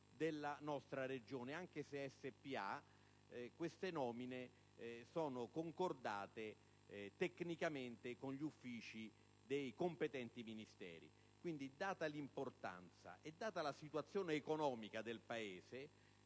della nostra Regione. Anche se spa, queste nomine sono concordate tecnicamente con gli uffici dei competenti Ministeri. Quindi, data l'importanza e data la situazione economica del Paese